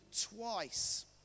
twice